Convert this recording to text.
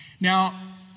Now